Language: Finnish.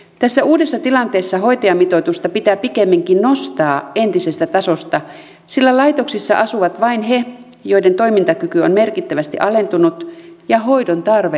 tässä uudessa tilanteessa hoitajamitoitusta pitää pikemminkin nostaa entisestä tasosta sillä laitoksissa asuvat vain he joiden toimintakyky on merkittävästi alentunut ja hoidon tarve on suuri